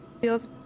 feels